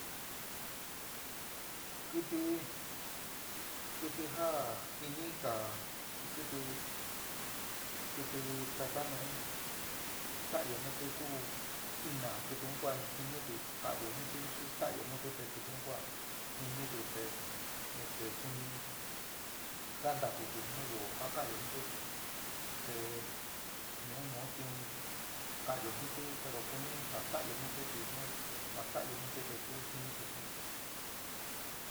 Kiti kiti ja jiniga xi kiti kiti taka nu stanyo nuti ku ina, kiti un jiniti te kaanyo jintixi stanyoo nuuti te kiti un ku a jiniti te este suni jaantatuti nuyoo ja kaanyo jinti te nu nuu tiun kaanyo jinti pero kunija stanyo nuti chi nu ma staanyo nuti te tu jiniti suni.